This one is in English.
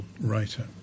writer